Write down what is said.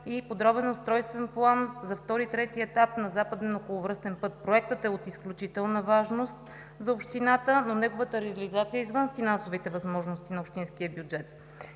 и подробен устройствен план за втори и трети етап на Западен околовръстен път. Проектът е от изключителна важност за общината, но неговата реализация е извън финансовите възможности на общинския бюджет.